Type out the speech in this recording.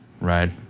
right